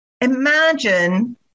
Imagine